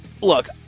look